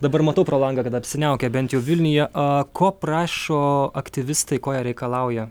dabar matau pro langą kad apsiniaukę bent jau vilniuje a ko prašo aktyvistai ko jie reikalauja